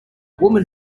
woman